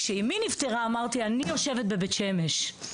כשאמי נפטרה אמרתי אני יושבת בבית שמש,